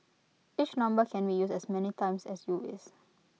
each number can be used as many times as you wish